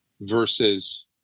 versus